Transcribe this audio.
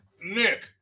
nick